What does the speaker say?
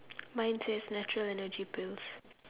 mine says natural energy pills